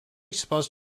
supposed